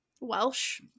Welsh